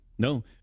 No